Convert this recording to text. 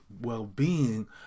well-being